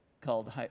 called